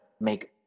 make